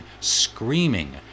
screaming